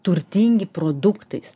turtingi produktais